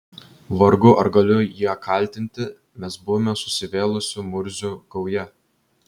vargu ar galiu ją kaltinti mes buvome susivėlusių murzių gauja